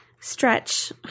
stretch